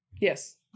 Yes